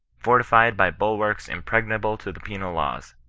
fortified by bulwarks impregnable to the penal laws.